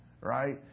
right